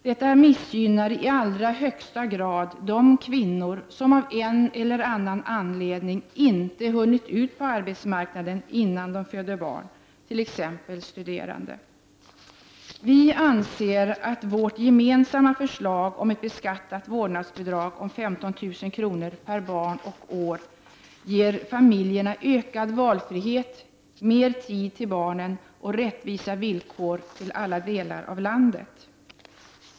Detta missgynnar i allra högsta grad de kvinnor som av en eller annan anledning inte hunnit ut på arbetsmarknaden innan de föder barn, t.ex. studerande. Vi anser att vårt gemensamma förslag om ett beskattat vårdnadsbidrag om 15 000 kr. per barn och år ger familjerna ökad valfrihet, mer tid till barnen och rättvisa villkor för alla delar av landet.